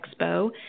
Expo